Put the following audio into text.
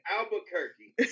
Albuquerque